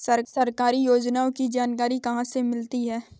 सरकारी योजनाओं की जानकारी कहाँ से मिलती है?